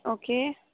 okay